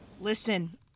Listen